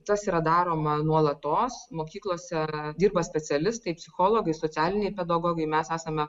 tas yra daroma nuolatos mokyklose dirba specialistai psichologai socialiniai pedagogai mes esame